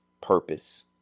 purpose